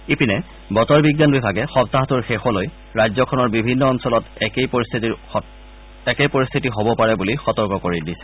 ইপিনে বতৰ বিজ্ঞান বিভাগে সপ্তাহটোৰ শেষলৈ ৰাজ্যখনৰ বিভিন্ন অঞ্চলত একে পৰিস্থিতি হব পাৰে বুলি সতৰ্ক কৰি দিছে